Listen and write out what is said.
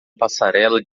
passarela